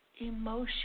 Emotion